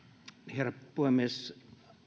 herra puhemies